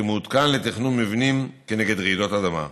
שמעודכן לתכנון מבנים נגד רעידות אדמה.